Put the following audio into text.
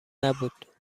نبود